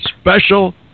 special